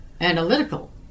analytical